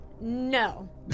No